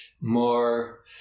more